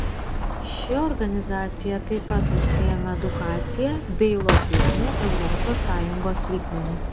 ši organizacija taip pat užsiima edukacija bei lobizmu europos sąjungos lygmeniu